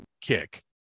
kick